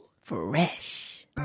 Fresh